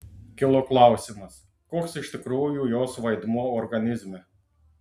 kilo klausimas koks iš tikrųjų jos vaidmuo organizme